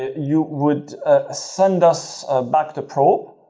you would ah send us back the probe